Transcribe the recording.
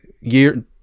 year